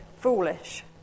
foolish